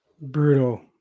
Brutal